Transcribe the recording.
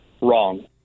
wrong